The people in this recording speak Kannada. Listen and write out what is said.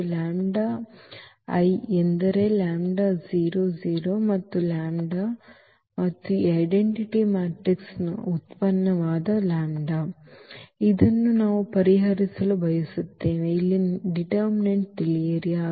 ಆದ್ದರಿಂದ ಲ್ಯಾಂಬ್ಡಾ I ಎಂದರೆ ಲ್ಯಾಂಬ್ಡಾ 0 0 ಮತ್ತು ಲ್ಯಾಂಬ್ಡಾ ಮತ್ತು ಈ ಐಡೆಂಟಿಟಿ ಮ್ಯಾಟ್ರಿಕ್ಸ್ನ ಉತ್ಪನ್ನವಾದ ಲ್ಯಾಂಬ್ಡಾ ಮತ್ತು ಇದನ್ನು ನಾವು ಪರಿಹರಿಸಲು ಬಯಸುತ್ತೇವೆ ಇಲ್ಲಿ ನಿರ್ಣಾಯಕವನ್ನು ತಿಳಿಯಿರಿ